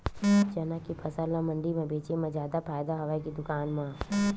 चना के फसल ल मंडी म बेचे म जादा फ़ायदा हवय के दुकान म?